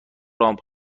لامپ